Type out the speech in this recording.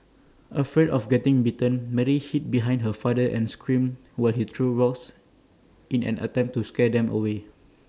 afraid of getting bitten Mary hid behind her father and screamed while he threw rocks in an attempt to scare them away